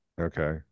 Okay